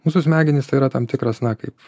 mūsų smegenys tai yra tam tikras na kaip